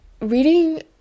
reading